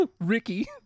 Ricky